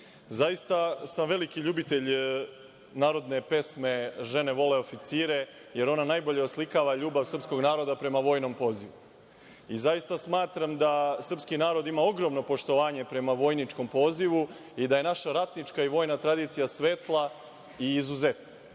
zaista sam veliki ljubitelj narodne pesme „Žene vole oficire“ jer ona najbolje oslikava ljubav srpskog naroda prema vojnom pozivu. Zaista smatram da srpski narod ima ogromno poštovanje prema vojničkom pozivu i da je naša ratnička i vojna tradicija svetla i izuzetna. Zato